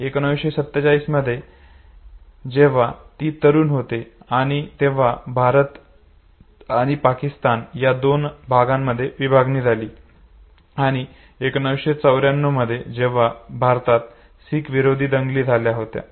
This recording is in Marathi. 1947 मध्ये एकदा जेव्हा ती तरुण होती आणि तेव्हा भारताची भारत आणि पाकिस्थान या दोन भागांमध्ये विभागणी झाली आणि 1984 मध्ये जेव्हा भारतात शीख विरोधी दंगली झाल्या होत्या